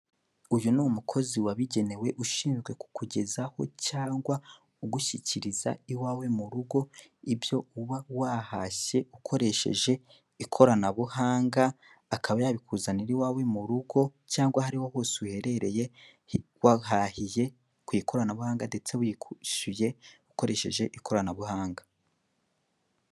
Uyu ni umukozi wabigenewe ushinzwe kukugezaho cyangwa ugushyikiriza iwawe mu rugo ibyo uba wahashye ukoresheje ikoranabuhanga akaba yabikuzanira iwawe mu rugo cyangwa ari hose uherereye wahahiye ku ikoranabuhanga ndetse wishyuye ukoresheje ikoranabuhanga.